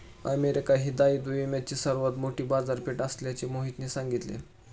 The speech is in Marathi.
अमेरिका ही दायित्व विम्याची सर्वात मोठी बाजारपेठ असल्याचे मोहितने सांगितले